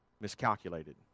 miscalculated